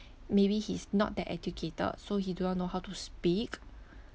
maybe he's not that educated so he do not know how to speak